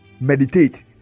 Meditate